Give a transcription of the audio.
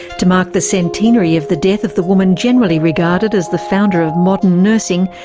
to mark the centenary of the death of the woman generally regarded as the founder of modern nursing,